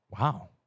wow